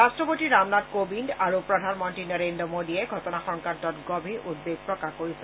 ৰাট্টপতি ৰামনাথ কোবিন্দ আৰু প্ৰধানমন্ত্ৰী নৰেন্দ্ৰ মোদীয়ে ঘটনা সংক্ৰান্তত গভীৰ উদ্বেগ প্ৰকাশ কৰিছে